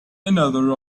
another